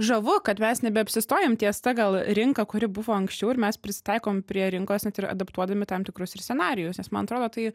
žavu kad mes nebeapsistojam ties ta gal rinka kuri buvo anksčiau ir mes prisitaikom prie rinkos net ir adaptuodami tam tikrus ir scenarijus nes man atrodo tai